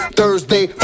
Thursday